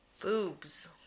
Boobs